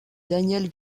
daniel